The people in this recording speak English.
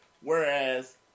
whereas